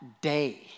day